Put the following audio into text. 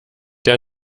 der